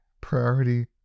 priority